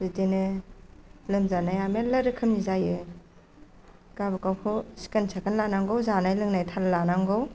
बिदिनो लोमजानाया मेल्ला रोखोमनि जायो गावबा गावखौ सिखोन साखोन लानांगौ जानाय लोंनाय थाल लानांगौ